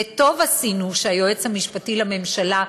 וטוב עשינו שהיועץ המשפטי לממשלה,